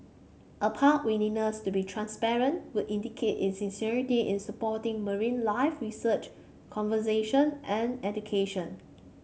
a park willingness to be transparent would indicate its sincerity in supporting marine life research conservation and education